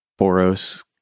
Boros